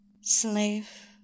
slave